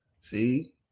see